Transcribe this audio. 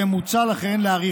ולכן מוצע להאריכן